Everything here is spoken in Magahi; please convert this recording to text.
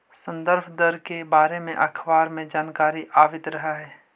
संदर्भ दर के बारे में अखबार में जानकारी आवित रह हइ